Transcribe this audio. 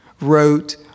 wrote